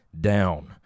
down